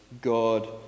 God